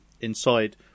inside